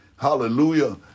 Hallelujah